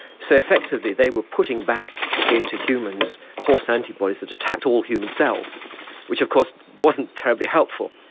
so effectively they were putting back into humans horse antibodies that attacked all human cells which of course wasn't terribly helpful.